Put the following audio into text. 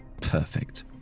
perfect